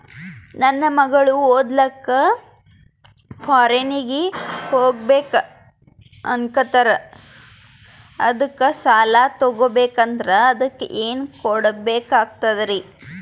ನನ್ನ ಮಕ್ಕಳು ಓದ್ಲಕ್ಕ ಫಾರಿನ್ನಿಗೆ ಹೋಗ್ಬಕ ಅನ್ನಕತ್ತರ, ಅದಕ್ಕ ಸಾಲ ತೊಗೊಬಕಂದ್ರ ಅದಕ್ಕ ಏನ್ ಕೊಡಬೇಕಾಗ್ತದ್ರಿ?